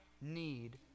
need